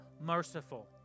merciful